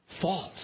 false